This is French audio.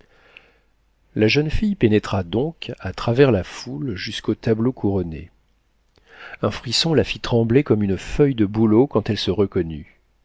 la jeune fille pénétra donc à travers la foule jusqu'au tableau couronné un frisson la fit trembler comme une feuille de bouleau quand elle se reconnut